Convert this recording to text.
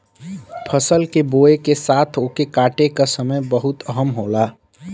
फसल के बोए के साथ ओके काटे का समय बहुते अहम होला